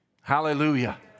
Hallelujah